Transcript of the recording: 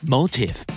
Motive